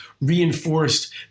reinforced